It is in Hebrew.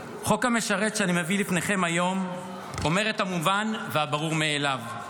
חוק המשרת שאני מביא לפניכם היום אומר את המובן והברור מאליו: